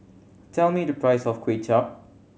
tell me the price of Kway Chap